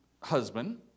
husband